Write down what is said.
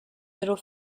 middle